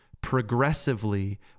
progressively